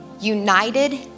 united